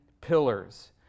pillars